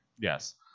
Yes